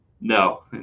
No